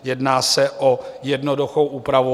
Jedná se o jednoduchou úpravu.